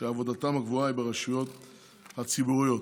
שעבודתם הקבועה היא ברשויות הציבוריות.